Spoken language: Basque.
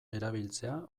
erabiltzea